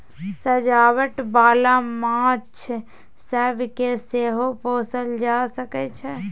सजावट बाला माछ सब केँ सेहो पोसल जा सकइ छै